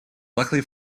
luckily